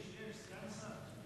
עלייה בשיעור האבטלה.